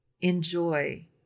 enjoy